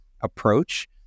approach